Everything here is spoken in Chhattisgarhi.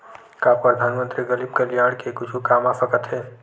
का परधानमंतरी गरीब कल्याण के कुछु काम आ सकत हे